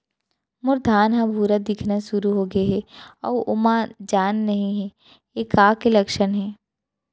मोर धान ह भूरा दिखना शुरू होगे हे अऊ ओमा जान नही हे ये का के लक्षण ये?